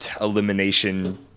elimination